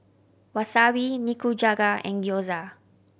Wasabi Nikujaga and Gyoza